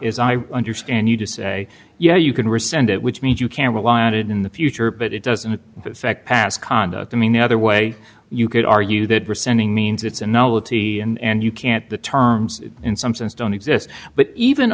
as i understand you to say yeah you can resend it which means you can rely on it in the future but it doesn't affect past conduct i mean the other way you could argue that resending means it's a novelty and you can't the terms in some sense don't exist but even